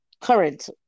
current